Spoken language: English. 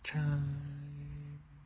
time